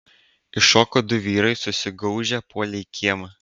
iššoko du vyrai susigaužę puolė į kiemą